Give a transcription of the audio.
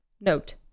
Note